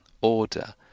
order